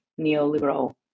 neoliberal